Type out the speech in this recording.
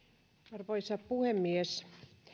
arvoisa puhemies